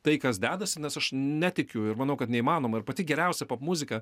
tai kas dedasi nes aš netikiu ir manau kad neįmanoma ir pati geriausia popmuzika